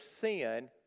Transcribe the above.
sin